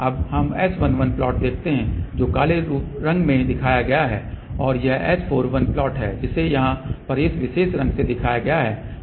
अब हम S11 plot देखते हैं जो काले रंग में दिखाया गया है और यह S41 प्लॉट है जिसे यहाँ पर इस विशेष रंग में दिखाया गया है